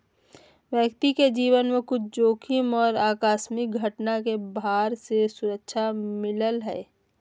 व्यक्ति के जीवन में कुछ जोखिम और आकस्मिक घटना के भार से सुरक्षा मिलय हइ